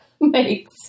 makes